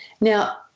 Now